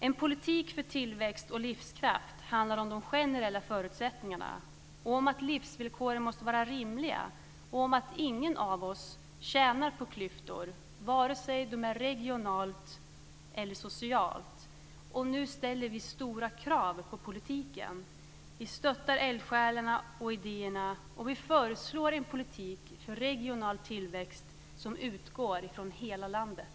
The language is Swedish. En politik för tillväxt och livskraft handlar om de generella förutsättningarna och att livsvillkoren måste vara rimliga. Ingen av oss tjänar på klyftor vare sig de är regionala eller sociala. Nu ställer vi stora krav på politiken. Vi stöttar eldsjälarna och idéerna. Vi föreslår en politik för regional tillväxt som utgår från hela landet.